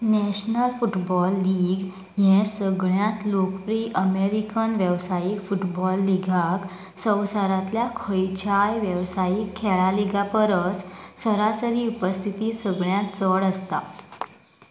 national football league हें सगळ्यांत लोकप्रिय अमेरिकन वेवसायीक फुटबॉल लिगाक संवसारांतल्या खंयच्याय वेवसायीक खेळां लिगां परस सरासरी उपस्थिती सगळ्यांत चड आसता